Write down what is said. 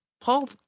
Paul